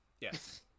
Yes